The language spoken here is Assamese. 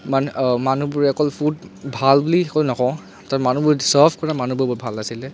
মান্ মানুহবোৰে অকল ফুড ভাল বুলি নকওঁ তাত মানুহ ছাৰ্ভ কৰা মানুহবোৰ বহুত ভাল আছিলে